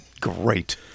great